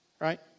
Right